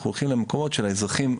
אנחנו הולכים למקומות שלאזרחים,